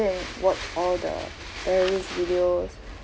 and watch all the earlier videos